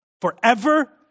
Forever